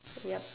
yup